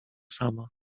sama